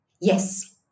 Yes